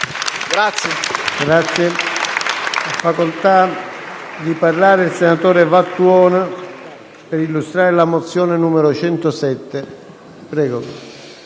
Grazie